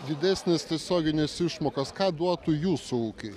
didesnės tiesioginės išmokos ką duotų jūsų ūkiui